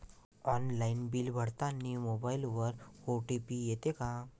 Online bill भरतानी मोबाईलवर OTP येते का?